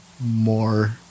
more